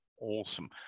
awesome